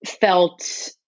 felt